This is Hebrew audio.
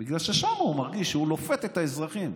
בגלל ששם הוא מרגיש שהוא לופת את האזרחים,